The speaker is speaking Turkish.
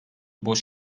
boş